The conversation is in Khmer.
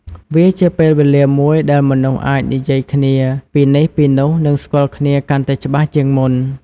វាជាពេលវេលាមួយដែលមនុស្សអាចនិយាយគ្នាពីនេះពីនោះនិងស្គាល់គ្នាកាន់តែច្បាស់ជាងមុន។